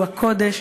הוא הקודש.